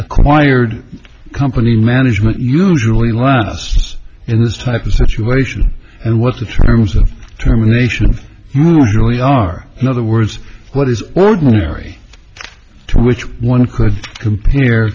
acquired company management usually lasts and this type of situation and what the terms of terminations you know really are in other words what is ordinary to which one could compare